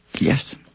Yes